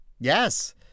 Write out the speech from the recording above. Yes